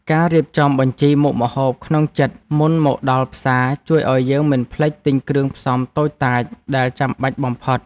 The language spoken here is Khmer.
ការរៀបចំបញ្ជីមុខម្ហូបក្នុងចិត្តមុនមកដល់ផ្សារជួយឱ្យយើងមិនភ្លេចទិញគ្រឿងផ្សំតូចតាចដែលចាំបាច់បំផុត។